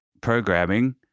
programming